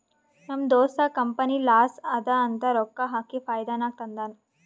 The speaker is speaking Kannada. ನಮ್ ದೋಸ್ತ ಕಂಪನಿ ಲಾಸ್ ಅದಾ ಅಂತ ರೊಕ್ಕಾ ಹಾಕಿ ಫೈದಾ ನಾಗ್ ತಂದಾನ್